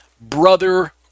brother